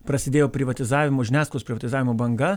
prasidėjo privatizavimo žiniasklaidos privatizavimo banga